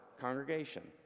congregation